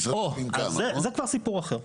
אז זה כבר סיפור אחר.